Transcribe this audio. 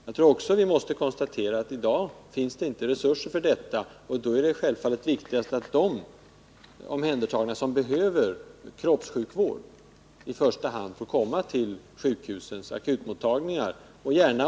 Jag tror också att vi måste konstatera att det i dag inte finns resurser, och då är det självfallet viktigast att de omhändertagna som behöver kroppsvård får komma till sjukhusens akutmottagningar.